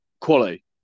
quality